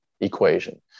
equation